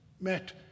met